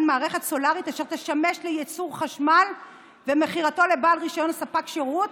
מערכת סולרית אשר תשמש לייצור חשמל ומכירתו לבעל רישיון ספק שירות